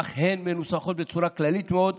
אך הן מנוסחות בצורה כללית מאוד,